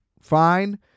fine